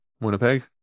Winnipeg